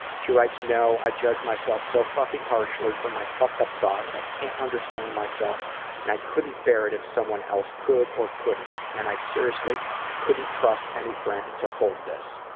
she writes, no, i judge myself so fucking harshly for my fucked up thoughts, i can't understand myself and i couldn't bear it if someone else could or couldn't. and i seriously couldn't trust any friend to hold this.